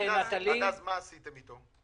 עד אז מה עשיתם אתו?